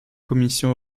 commission